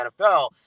NFL